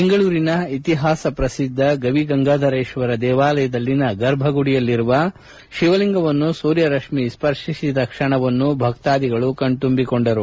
ಬೆಂಗಳೂರಿನ ಇತಿಹಾಸ ಪ್ರಸಿದ್ದ ಗವಿ ಗಂಗಾಧರೇಶ್ವರ ದೇವಾಲಯದಲ್ಲಿನ ಗರ್ಭಗುಡಿಯಲ್ಲಿರುವ ಶಿವಲಿಂಗವನ್ನು ಸೂರ್ಯ ರತ್ನಿ ಸ್ಪರ್ತಿಸಿದ ಕ್ಷಣವನ್ನು ಭಕ್ತಾಧಿಗಳು ಕಣ್ತುಂಬಿಕೊಂಡರು